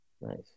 Nice